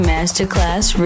Masterclass